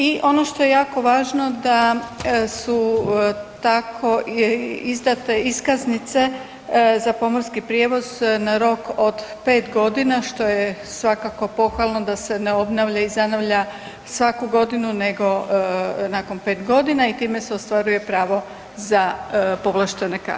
I ono što je jako važno da su tako izdate iskaznice za pomorski prijevoz na rok od 5 godina što je svakako pohvalno da se ne obnavlja i zanavlja svaku godinu nego nakon 5 godina i time se ostvaruje pravo za povlaštene karte.